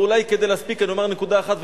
ואולי כדי להספיק אני אומר נקודה אחת,